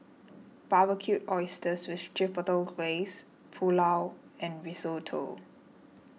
Barbecued Oysters with Chipotle Glaze Pulao and Risotto